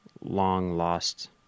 long-lost